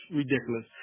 ridiculous